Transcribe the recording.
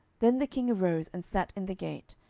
then the king arose, and sat in the gate.